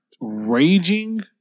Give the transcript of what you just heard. raging